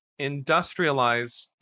industrialize